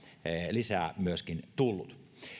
lisää myöskin tullut